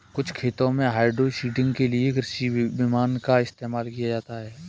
कुछ खेतों में हाइड्रोसीडिंग के लिए कृषि विमान का इस्तेमाल किया जाता है